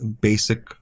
basic